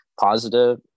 positive